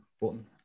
button